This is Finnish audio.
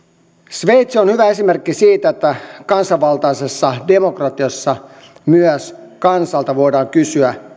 sveitsi on hyvä esimerkki siitä että kansanvaltaisessa demokratiassa myös kansalta voidaan kysyä